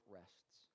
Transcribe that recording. rests